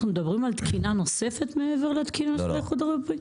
אנחנו מדברים על תקינה נוספת מעבר לתקינה של האיחוד האירופי?